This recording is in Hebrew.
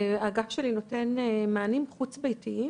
האגף שלי נותן מענים חוץ ביתיים